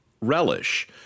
relish